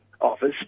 office